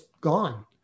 gone